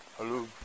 Hello